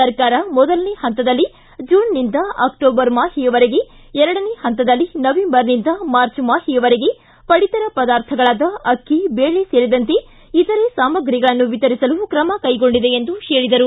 ಸರ್ಕಾರ ಮೊದಲನೇ ಹಂತದಲ್ಲಿ ಜೂನ್ನಿಂದ ಅಕ್ಟೋಬರ್ ಮಾಹೆಯವರೆಗೆ ಎರಡನೇ ಹಂತದಲ್ಲಿ ನವೆಂಬರ್ನಿಂದ ಮಾರ್ಚ್ ಮಾಹೆಯವರೆಗೆ ಪಡಿತರ ಪದಾರ್ಥಗಳಾದ ಅಕ್ಕಿ ಬೇಳೆ ಸೇರಿದಂತೆ ಇತರೆ ಸಾಮಗ್ರಿಗಳನ್ನು ವಿತರಿಸಲು ತ್ರಮ ಕೈಗೊಂಡಿದೆ ಎಂದು ಹೇಳಿದರು